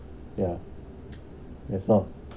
yeah that's all